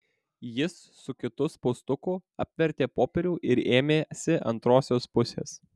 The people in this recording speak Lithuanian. jis su kitu spaustuku apvertė popierių ir ėmėsi antrosios pusės